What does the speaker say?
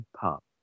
pop